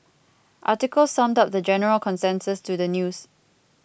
article summed up the general consensus to the news